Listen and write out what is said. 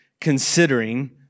considering